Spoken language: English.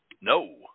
No